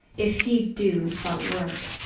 if he do but work.